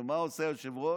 ומה עושה היושב-ראש?